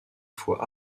fois